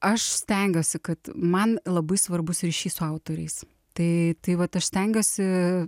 aš stengiuosi kad man labai svarbus ryšys su autoriais tai tai vat aš stengiuosi